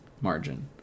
margin